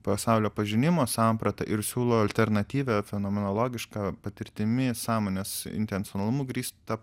pasaulio pažinimo sampratą ir siūlo alternatyvią fenomenologišką patirtimi sąmonės intencionalumu grįstą